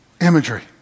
imagery